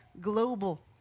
global